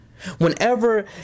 Whenever